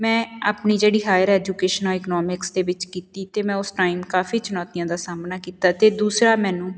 ਮੈਂ ਆਪਣੀ ਜਿਹੜੀ ਹਾਇਰ ਐਜੂਕੇਸ਼ਨ ਇਕਨੋਮਿਕਸ ਦੇ ਵਿੱਚ ਕੀਤੀ ਅਤੇ ਮੈਂ ਉਸ ਟਾਈਮ ਕਾਫੀ ਚੁਣੌਤੀਆਂ ਦਾ ਸਾਹਮਣਾ ਕੀਤਾ ਅਤੇ ਦੂਸਰਾ ਮੈਨੂੰ